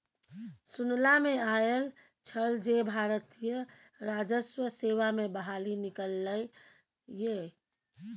सुनला मे आयल छल जे भारतीय राजस्व सेवा मे बहाली निकललै ये